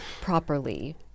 properly